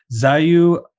Zayu